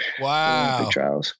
Wow